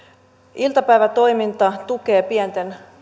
iltapäivätoiminta tukee pienten